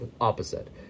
opposite